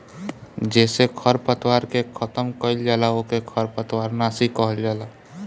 जेसे खरपतवार के खतम कइल जाला ओके खरपतवार नाशी कहल जाला